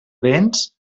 béns